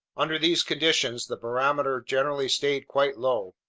under these conditions the barometer generally stayed quite low.